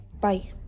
Bye